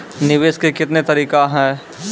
निवेश के कितने तरीका हैं?